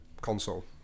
console